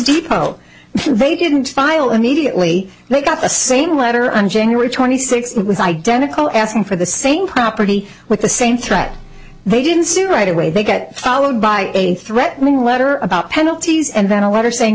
depot they didn't file immediately they got the same letter on january twenty sixth that was identical asking for the same property with the same threat they didn't see right away they get followed by a threatening letter about penalties and then a letter saying